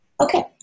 Okay